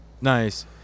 Nice